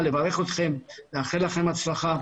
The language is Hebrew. אנחנו ניתן לך כל עזרה.